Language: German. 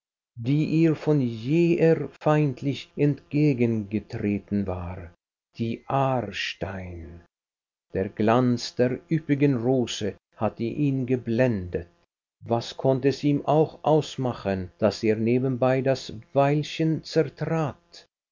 die ihr von jeher feindlich entgegengetreten war die aarstein der glanz der üppigen rose hatte ihn geblendet was konnte es ihm auch ausmachen daß er nebenbei das veilchen zertrat